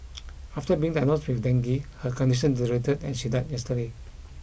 after being diagnosed with dengue her condition deteriorated and she died yesterday